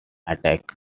attack